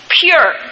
pure